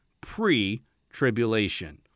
pre-tribulation